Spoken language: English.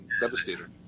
Devastator